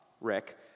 Rick